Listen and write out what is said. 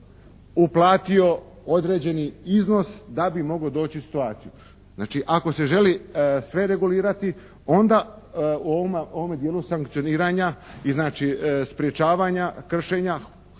uplatio određeni iznos da bi moglo doći u situaciju. Znači ako se želi sve regulirati onda u ovome dijelu sankcioniranja i znači sprječavanja kršenja